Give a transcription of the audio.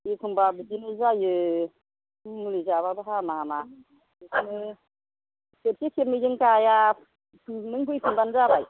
एखनबा बिदिनो जायो मुलि जाबाबो हामा बेखौनो खेबसे खेबनैजों गाया नों फैफिनबानो जाबाय